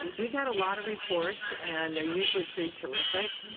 we got a lot of reports, and they're usually pretty terrific,